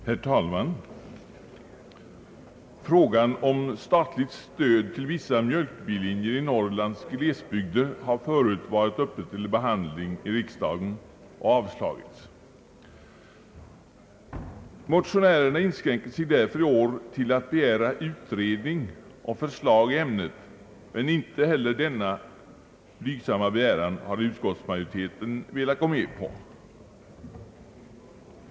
Herr talman! Förslag om statligt stöd till vissa mjölkbillinjer i Norrlands slesbygder har förut varit uppe till behandling i riksdagen och avslagits. Motionärerna inskränker sig därför i år till att begära utredning och förslag i ämnet, men inte heller denna blygsamma begäran har utskottsmajoriteten velat gå med på.